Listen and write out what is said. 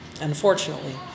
unfortunately